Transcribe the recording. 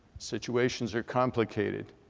situations are complicated.